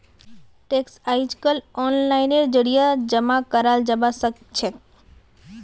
tax अइजकाल ओनलाइनेर जरिए जमा कराल जबा सखछेक